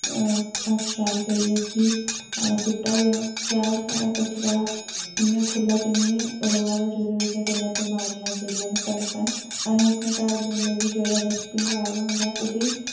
अस शैल करियै उस्सी सुट्टा दे आं क्या साढ़ा कचरा इ'यां खुल्ला ते निं रवा दा जेह्दी बजह् कन्नै बमारियां जेह्ड़ियां न पनपन असें अपने घर दे अंदर बी जेह्ड़ा डस्टबिन लाए दा होंदा ऐ ओह् बी